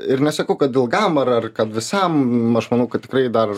ir nesakau kad ilgam ar ar kad visam aš manau kad tikrai dar